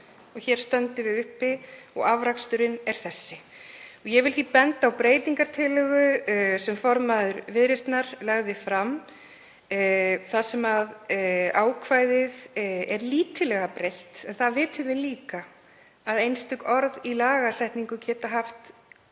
og hér stöndum við uppi og afraksturinn er þessi. Ég vil því benda á breytingartillögu sem formaður Viðreisnar lagði fram þar sem ákvæðið er lítillega breytt en það vitum við líka að einstök orð í lagasetningu geta haft